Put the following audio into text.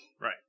Right